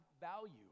value